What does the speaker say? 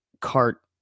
cart